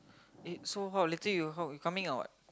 eh so how later you how you coming or what